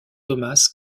thomas